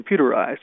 computerized